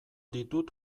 ditut